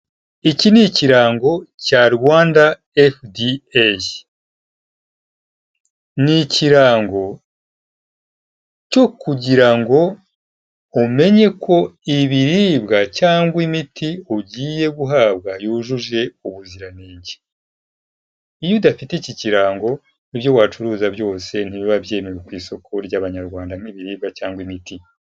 Iki ni ikirango cya Rwanda FDA. Ni ikirango cyo kugira ngo umenye ko ibiribwa, cyangwa imiti ugiye guhabwa yujuje ubuziranenge. Iyo udafite iki kirango, ibyo wacuruza byose ntibiba byemewe ku isoko ry'abanyarwanda nk'ibiribwa cyangwa imiti.